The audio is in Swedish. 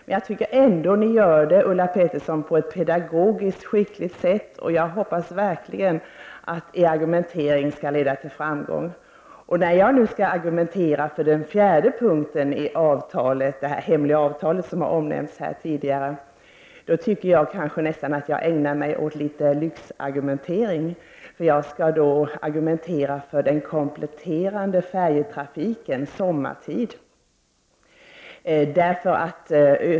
Men jag tycker ändå att ni, Ulla Pettersson, förklarar det på ett pedagogiskt skickligt sätt. Jag hoppas verkligen att er argumentering skall leda till framgång. När jag nu skall argumentera för den fjärde punkten i det hemliga avtal som har omnämnts här tidigare tycker jag nästan att jag ägnar mig åt lyxargumentering. Jag skall då argumentera för den kompletterande färjetrafiken sommartid.